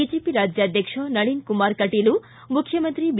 BJP ರಾಜ್ಯಾಧ್ವಕ್ಷ ನಳೀನ್ ಕುಮಾರ್ ಕಟೀಲು ಮುಖ್ಯಮಂತ್ರಿ B